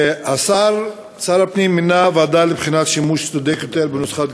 שר הפנים מינה ועדה לבחינת שימוש צודק יותר בנוסחת